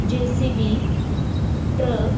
JCB truck